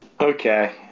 okay